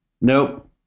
Nope